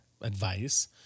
advice